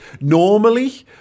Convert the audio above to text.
normally